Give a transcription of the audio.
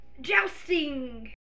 Jousting